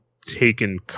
taken